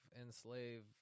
enslave